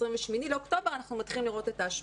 28 באוקטובר אנחנו מתחילים לראות את ההשפעה.